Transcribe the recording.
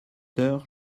heures